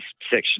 section